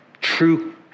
true